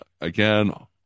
again